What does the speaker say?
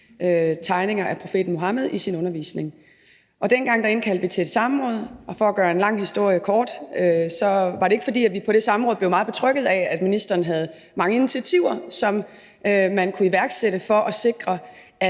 tegninger af profeten Muhammed i sin undervisning. Dengang indkaldte vi til et samråd, og for at gøre en lang historie kort var det ikke, fordi vi på det samråd blev meget betrygget af, at ministeren havde mange initiativer, som man kunne iværksætte for at sikre,